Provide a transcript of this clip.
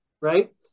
right